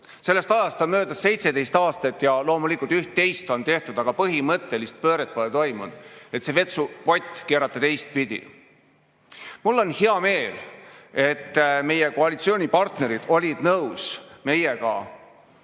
Sellest ajast on möödas 17 aastat ja loomulikult üht-teist on tehtud, aga põhimõttelist pööret pole toimunud, et see vetsupott keerata teistpidi. Mul on hea meel, et meie koalitsioonipartnerid olid meiega